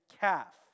Calf